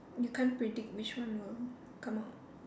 you can't predict which one will come out